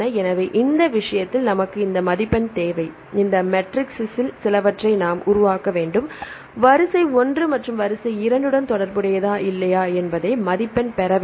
எனவே இந்த விஷயத்தில் நமக்கு இந்த மதிப்பெண் தேவை இந்த மெட்ரிக்ஸில் சிலவற்றை நாம் உருவாக்க வேண்டும் வரிசை ஒன்று வரிசை இரண்டுடன் தொடர்புடையதா இல்லையா என்பதை மதிப்பெண் பெற வேண்டும்